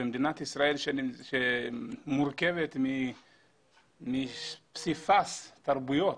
מדינת ישראל שמורכבת מפסיפס תרבויות,